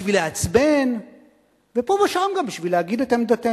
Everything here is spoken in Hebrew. בשביל לא לשנות כלום או בשביל לעצבן ופה ושם גם בשביל להגיד את עמדתנו.